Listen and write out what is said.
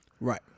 Right